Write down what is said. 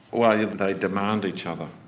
well yeah they demand each other.